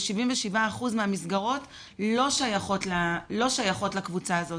ו-77% מהמסגרות לא שייכות לקבוצה הזאת.